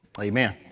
Amen